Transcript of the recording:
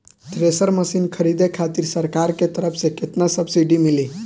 Thresher मशीन खरीदे खातिर सरकार के तरफ से केतना सब्सीडी मिली?